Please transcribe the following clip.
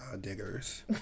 diggers